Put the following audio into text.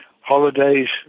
holidays